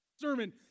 sermon